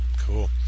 cool